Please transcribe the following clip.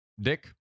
dick